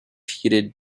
heated